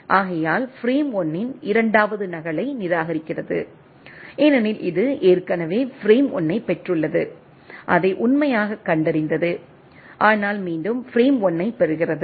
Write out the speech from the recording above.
ஆகையால் பிரேம் 1 இன் இரண்டாவது நகலை நிராகரிக்கிறது ஏனெனில் இது ஏற்கனவே பிரேம் 1 ஐப் பெற்றுள்ளது அதை உண்மையாகக் கண்டறிந்தது ஆனால் மீண்டும் பிரேம் 1 ஐப் பெறுகிறது